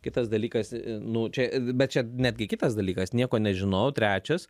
kitas dalykas nu čia bet čia netgi kitas dalykas nieko nežinau trečias